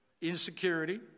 insecurity